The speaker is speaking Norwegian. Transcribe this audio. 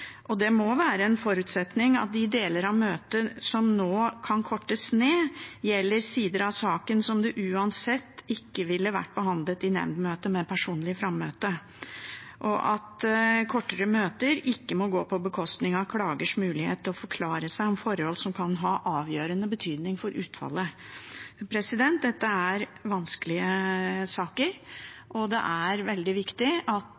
Det må være en forutsetning at de deler av møtet som nå kan kortes ned, gjelder sider av saken som uansett ikke ville vært behandlet i nemndsmøtet med personlig frammøte, og at kortere møter ikke må gå på bekostning av klagers mulighet til å forklare seg om forhold som kan ha avgjørende betydning for utfallet. Dette er vanskelige saker, og det er veldig viktig at